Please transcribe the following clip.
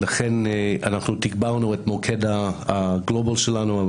לכן אנחנו תגברנו את מוקד הגלובל שלנו,